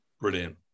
Brilliant